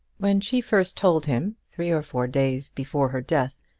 when she first told him, three or four days before her death,